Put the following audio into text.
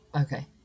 Okay